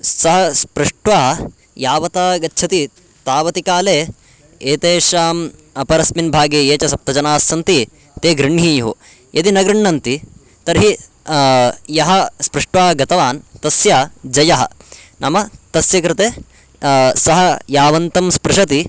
सः स्पृष्ट्वा यावता गच्छति तावतिकाले एतेषाम् अपरस्मिन् भागे ये च सप्त जनाः सन्ति ते गृह्णीयुः यदि न गृह्णन्ति तर्हि यः स्पृष्ट्वा गतवान् तस्य जयः नाम तस्य कृते सः यावन्तं स्पृशति